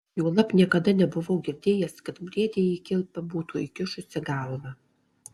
juolab niekada nebuvau girdėjęs kad briedė į kilpą būtų įkišusi galvą